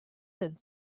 than